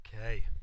Okay